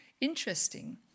interesting